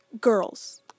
girls